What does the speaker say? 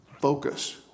Focus